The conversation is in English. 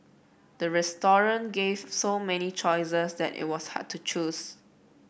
the gave so many choices that it was hard to choose